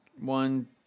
One